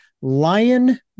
Lion